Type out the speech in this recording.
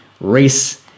race